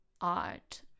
art